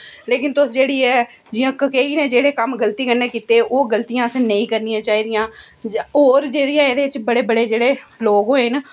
लेकिन तुस जेह्डी ऐ जि'यां केकई ने जेह्ड़े कम्म गलती कन्ने कीते ओह् गल्ती आसे नेईं करनी चाहिदियां ओर जेह्ड़ी एह्दे च बड़े बड़े जेह्ड़े लोक होए न